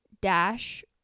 dash